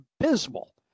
abysmal